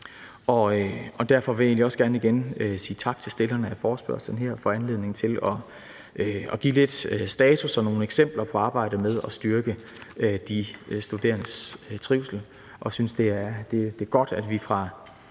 Og derfor vil jeg egentlig også gerne igen sige tak til stillerne af forespørgslen her for anledningen til at komme med en status over og nogle eksempler på arbejdet med at styrke de studerendes trivsel. Jeg synes, det er godt, at vi fra